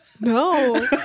no